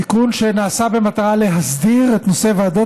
תיקון שנעשה במטרה להסדיר את נושא ועדות